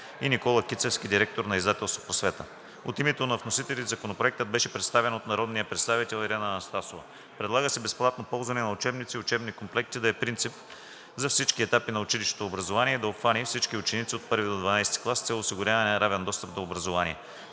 и Никола Кицевски – директор на Издателство „Просвета“. От името на вносителите Законопроектът беше представен от народния представител Ирена Анастасова. Предлага се безплатното ползване на учебници и учебни комплекти да е принцип за всички етапи на училищното образование и да обхване всички ученици от 1-ви до 12-и клас с цел осигуряване на равен достъп до образование.